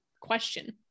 question